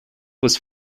was